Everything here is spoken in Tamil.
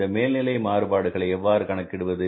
இந்த மேல்நிலை மாறுபாடுகளை எவ்வாறு கணக்கிடுவது